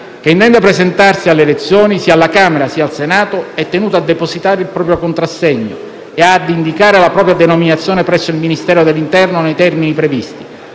che intenda presentarsi alle elezioni, sia alla Camera, sia al Senato, è tenuto a depositare il proprio contrassegno e a indicare la propria denominazione presso il Ministero dell'interno nei termini previsti;